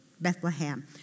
Bethlehem